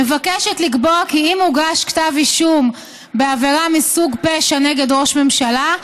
מבקשת לקבוע כי אם הוגש כתב אישום בעבירה מסוג פשע נגד ראש ממשלה,